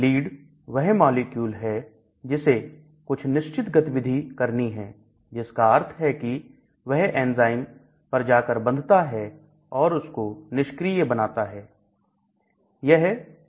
lead वह molecule है जिसे कुछ निश्चित गतिविधि करनी है जिसका अर्थ है कि वह एंजाइम पर जाकर बधता है और उसको निष्क्रिय बनाता है